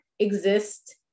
exist